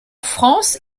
france